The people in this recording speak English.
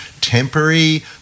temporary